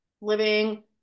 living